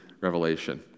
revelation